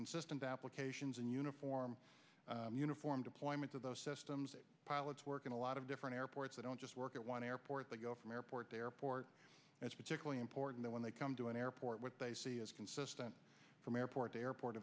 consistent applications and uniform uniform deployment of those systems pilots work in a lot of different airports they don't just work at one airport they go from airport to airport it's particularly important when they come to an airport what they see is consistent from airport to airport